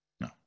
No